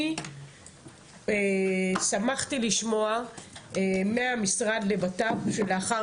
אני שמחתי לשמוע מהמשרד לבט"פ שלאחר